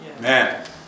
Man